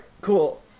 cool